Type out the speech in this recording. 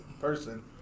person